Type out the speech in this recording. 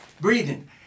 breathing